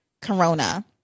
corona